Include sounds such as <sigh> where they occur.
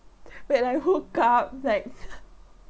when I woke up like <laughs>